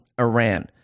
Iran